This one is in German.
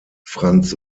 franz